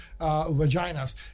vaginas